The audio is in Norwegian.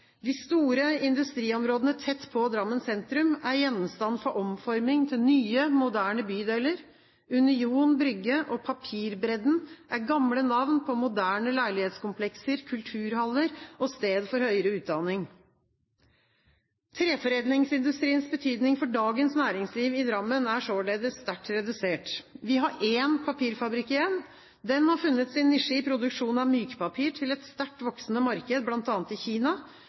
de mange treforedlingsbedriftene. De store industriområdene tett på Drammen sentrum er gjenstand for omforming til nye, moderne bydeler. Union Brygge og Papirbredden er gamle navn på moderne leilighetskomplekser, kulturhaller og et sted for høyere utdanning. Treforedlingsindustriens betydning for dagens næringsliv i Drammen er således sterkt redusert. Vi har én papirfabrikk igjen. Den har funnet sin nisje i produksjon av mykpapir til et sterkt voksende marked, bl.a. i Kina,